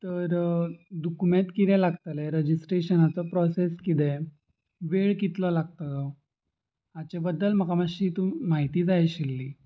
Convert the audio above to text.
तर दुकुमेंत कितें लागतलें रजिस्ट्रेशनाचो प्रोसेस किदें वेळ कितलो लागतलो हाचे बद्दल म्हाका मातशी तूं म्हायती जाय आशिल्ली